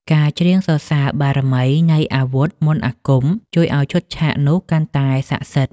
ការច្រៀងសរសើរបារមីនៃអាវុធមន្តអាគម ជួយឱ្យឈុតឆាកនោះកាន់តែសក្ដិសិទ្ធិ។